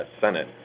Senate